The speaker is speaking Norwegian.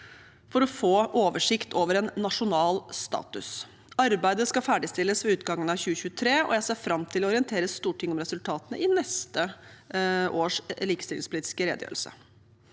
for å få oversikt over nasjonal status. Arbeidet skal ferdigstilles ved utgangen av 2023, og jeg ser fram til å orientere Stortinget om resultatene i neste års likestillingspolitiske redegjørelse.